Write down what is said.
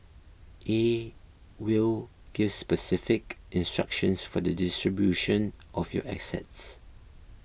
a will gives specific instructions for the distribution of your assets